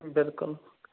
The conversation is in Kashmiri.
بِلکُل